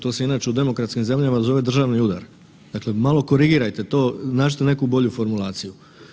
To se inače u demokratskim zemljama zove državni udar, dakle malo korigirajte to, nađite neku bolju formulaciju.